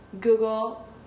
Google